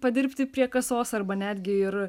padirbti prie kasos arba netgi ir